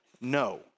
No